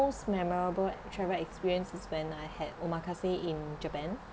most memorable travel experience to spend I had omakase in japan